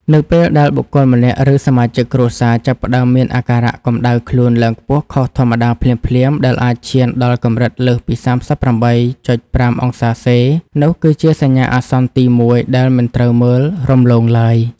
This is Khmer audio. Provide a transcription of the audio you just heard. នៅពេលដែលបុគ្គលម្នាក់ ឬសមាជិកគ្រួសារចាប់ផ្តើមមានអាការៈកម្ដៅខ្លួនឡើងខ្ពស់ខុសធម្មតាភ្លាមៗ ដែលអាចឈានដល់កម្រិតលើសពី ៣៨.៥ អង្សាសេ នោះគឺជាសញ្ញាអាសន្នទីមួយដែលមិនត្រូវមើលរំលងឡើយ។